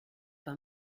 pas